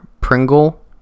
pringle